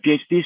PhD